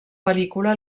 pel·lícula